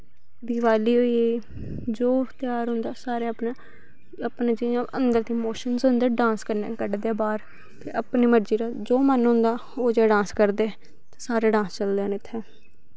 दिवाली होई गेई जो ध्यार होंदा सारे बाह्र ते अपनी मर्जी नै जो मन होंदा ओह् जेहा डांस करदे सारे डांस होंदे न इत्थै